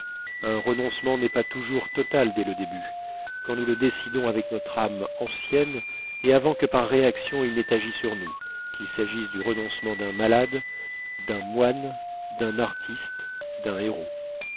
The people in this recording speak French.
un renoncement n'est pas toujours total dès le début quand nous le décidons avec notre âme ancienne et avant que par réaction il n'ait agi sur nous qu'il s'agisse du renoncement d'un malade d'un moine d'un artiste d'un héros